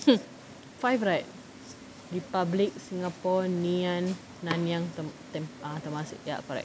hmm five right republic singapore ngee ann nanyang te~ tema~ uh temasek ya correct